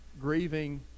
grieving